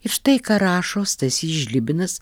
ir štai ką rašo stasys žlibinas